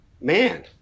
man